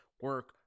Work